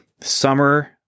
summer